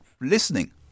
listening